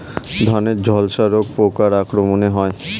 ধানের ঝলসা রোগ পোকার আক্রমণে হয়?